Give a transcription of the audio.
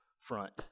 front